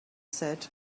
said